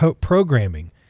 programming